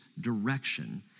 direction